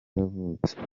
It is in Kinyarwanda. yavutse